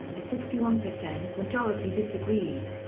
a sixty one percent majority disagreed.